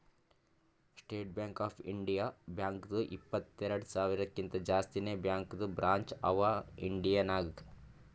state Bank of India ಬ್ಯಾಂಕ್ದು ಇಪ್ಪತ್ತೆರೆಡ್ ಸಾವಿರಕಿಂತಾ ಜಾಸ್ತಿನೇ ಬ್ಯಾಂಕದು ಬ್ರ್ಯಾಂಚ್ ಅವಾ ಇಂಡಿಯಾ ನಾಗ್